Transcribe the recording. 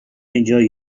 enjoy